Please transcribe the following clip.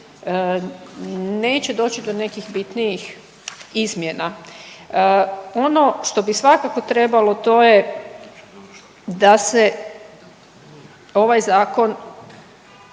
neće doći do nekih bitnijih izmjena. Ono što bi svakako trebalo to je da se ovaj zakon